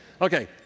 Okay